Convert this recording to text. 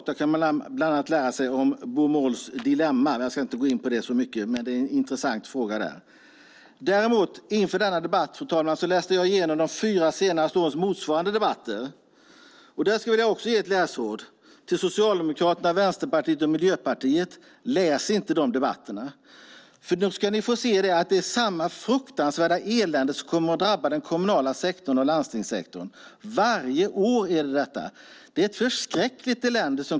Där kan man bland annat lära sig om Baumols dilemma. Jag ska inte gå in närmare på det, men det är en intressant fråga. Inför denna debatt läste jag igenom de fyra senaste årens motsvarande debatter. Jag vill ge ett läsråd till Socialdemokraterna, Vänsterpartiet och Miljöpartiet: Läs inte de debatterna. Där får ni se att samma fruktansvärda elände kommer att drabba den kommunala sektorn och landstingssektorn varje år. Det kommer att bli ett förskräckligt elände.